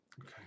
Okay